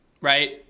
right